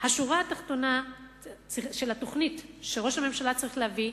השורה התחתונה של התוכנית שראש הממשלה צריך להביא,